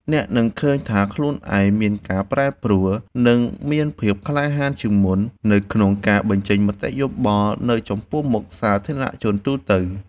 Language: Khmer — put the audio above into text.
អ្នកនឹងឃើញថាខ្លួនឯងមានការប្រែប្រួល និងមានភាពក្លាហានជាងមុននៅក្នុងការបញ្ចេញមតិយោបល់នៅចំពោះមុខសាធារណជនទូទៅ។